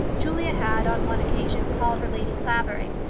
julia had, on one occasion, called her lady clavering,